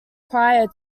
prior